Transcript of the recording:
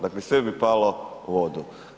Dakle sve bi palo u vodu.